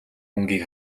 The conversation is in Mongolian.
мөнгийг